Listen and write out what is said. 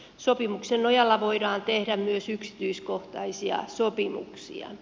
sopimuksen nojalla voidaan tehdä myös yksityiskohtaisia sopimuksia